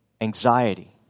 anxiety